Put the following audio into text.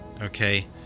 okay